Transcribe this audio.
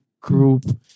Group